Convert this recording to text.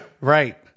Right